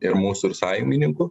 ir mūsų ir sąjungininkų